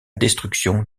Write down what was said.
destruction